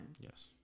Yes